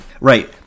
right